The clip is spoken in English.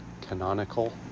Canonical